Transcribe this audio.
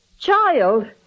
Child